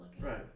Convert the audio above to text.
Right